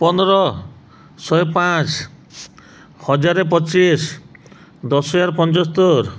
ପନ୍ଦର ଶହେ ପାଞ୍ଚ ହଜାର ପଚିଶ ଦଶହଜାର ପଞ୍ଚସ୍ତୋରି